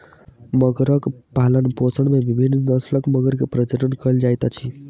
मगरक पालनपोषण में विभिन्न नस्लक मगर के प्रजनन कयल जाइत अछि